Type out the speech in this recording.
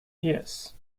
yes